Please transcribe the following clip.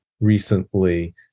recently